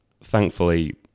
thankfully